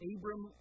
Abram